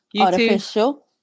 Artificial